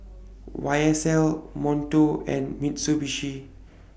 Y S L Monto and Mitsubishi